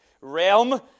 realm